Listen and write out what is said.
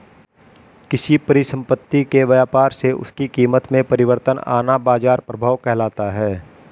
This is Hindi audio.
किसी परिसंपत्ति के व्यापार से उसकी कीमत में परिवर्तन आना बाजार प्रभाव कहलाता है